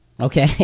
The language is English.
Okay